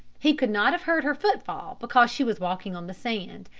he could not have heard her footfall because she was walking on the sand,